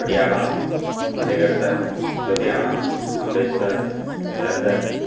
Patiala Fatehgarh Sahib Ludhiana Amritsar Jalandhar